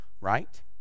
right